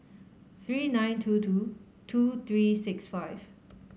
three nine two two two three six five